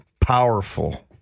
powerful